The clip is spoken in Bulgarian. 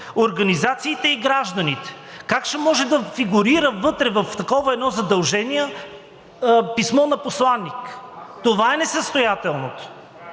организациите и гражданите.“ Как ще може да фигурира вътре в такова едно задължение писмо на посланик? Това е несъстоятелното